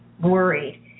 worried